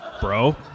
Bro